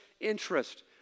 interest